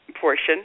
portion